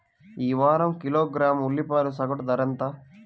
ఈ వారం కిలోగ్రాము ఉల్లిపాయల సగటు ధర ఎంత?